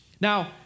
Now